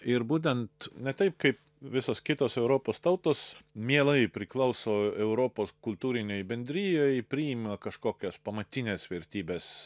ir būtent ne taip kaip visos kitos europos tautos mielai priklauso europos kultūrinei bendrijai priima kažkokias pamatines vertybes